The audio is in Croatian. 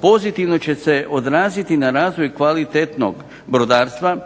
pozitivno će se odraziti na razvoj kvalitetnog brodarstva